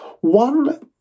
one